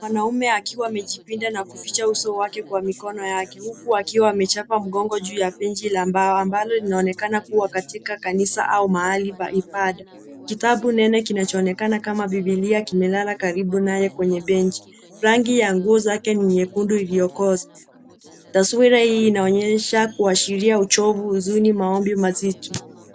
Mwanaume akiwa amejipinda na kuficha uso wake kwa mikono yake huku akiwa amechapa mgongo juu ya benchi la mbao ambalo linaonekana katika kanisa au mahali pa ibada. Kitabu nene kinachoonekana kama biblia, kimelala karibu naye kwenye benchi. Rangi ya nguo zake ni nyekundu iliyokoza. Taswira hii inaonyesha kuashiria uchovu, huzuni, maombi mazito.